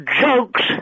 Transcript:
jokes